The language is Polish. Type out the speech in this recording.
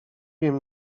wiem